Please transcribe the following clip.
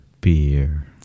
Beer